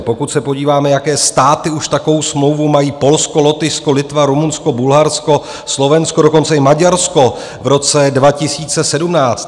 Pokud se podíváme, jaké státy už takovou smlouvu mají Polsko, Lotyšsko, Litva, Rumunsko, Bulharsko, Slovensko, dokonce i Maďarsko v roce 2017.